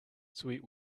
sweet